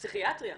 הפסיכיאטריה,